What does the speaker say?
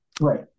right